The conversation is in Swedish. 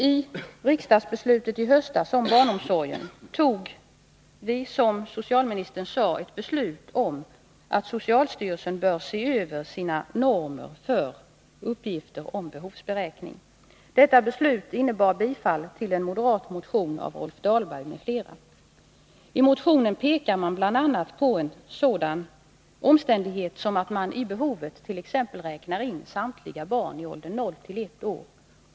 I samband med riksdagsbeslutet i höstas om barnomsorgen uttalade sig riksdagen för, som socialministern sade i svaret, att socialstyrelsen bör se över sina normer för uppgifter om behovsberäkning. Detta beslut innebar bifall till en moderat motion av Rolf Dahlberg m.fl. I motionen pekades bl.a. på en sådan omständighet som att man i behovsunderlaget räknar in samtliga barn i åldern 0-1 år.